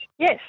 Yes